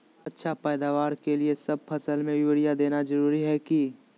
अच्छा पैदावार के लिए सब फसल में यूरिया देना जरुरी है की?